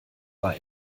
war